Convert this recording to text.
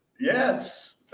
Yes